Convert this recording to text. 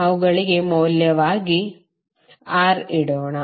ಅವುಗಳಿಗೆ ಮೌಲ್ಯವಾಗಿ ಇಡೋಣ